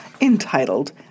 entitled